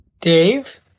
Dave